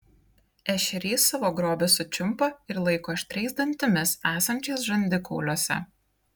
ešerys savo grobį sučiumpa ir laiko aštriais dantimis esančiais žandikauliuose